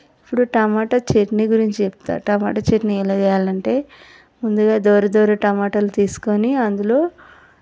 ఇప్పుడు tomato chutney గురించి చెప్తాను టమాటా చట్నీ ఎలా చేయాలంటే ముందుగా దోర దోర టమాటాలు తీసుకుని అందులో